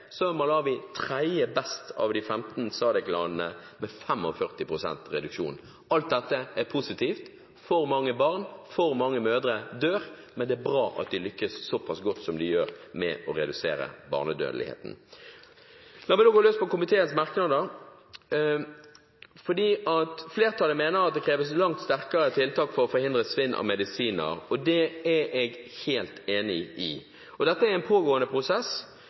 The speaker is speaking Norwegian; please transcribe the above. tredje best av de 15 SADC-landene, med 45 pst. reduksjon. Alt dette er positivt. For mange barn og for mange mødre dør, men det er bra at de lykkes såpass godt som de gjør med å redusere barnedødeligheten. La meg da gå løs på komiteens merknader. Flertallet mener at det kreves langt sterkere tiltak for å forhindre svinn av medisiner. Det er jeg helt enig i. Dette er en pågående prosess.